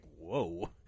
whoa